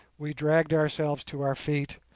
we dragged ourselves to our feet,